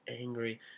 angry